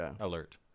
alert